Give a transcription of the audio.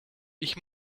ich